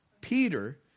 Peter